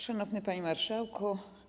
Szanowny Panie Marszałku!